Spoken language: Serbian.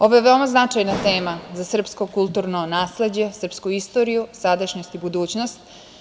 Ovo je veoma značajna tema za srpsko kulturno nasleđe, srpsku istoriju, sadašnjost i budućnost.